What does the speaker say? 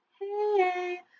hey